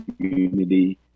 community